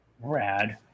Rad